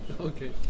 Okay